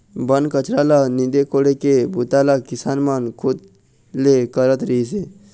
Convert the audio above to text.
बन कचरा ल नींदे कोड़े के बूता ल किसान मन खुद ले करत रिहिस हे